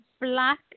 black